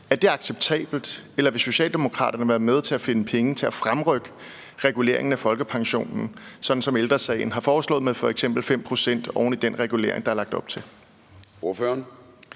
Er det acceptabelt, eller vil Socialdemokratiet være med til at finde penge til at fremrykke reguleringen af folkepensionen, sådan som Ældre Sagen har foreslået, med f.eks. 5 pct. oven i den regulering, der er lagt op til? Kl.